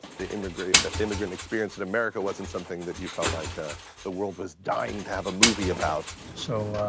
the immigrant the immigrant experience in america wasn't something that you felt like ah the world was dying to have a movie about. so,